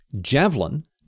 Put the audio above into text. javelin